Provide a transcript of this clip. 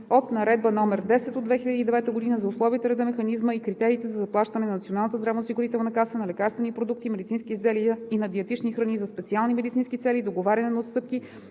от Наредба № 10 от 2009 г. за условията, реда, механизма и критериите за заплащане от Националната здравноосигурителна каса на лекарствени продукти, медицински изделия и на диетични храни за специални медицински цели, договаряне на отстъпки